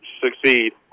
succeed